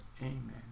Amen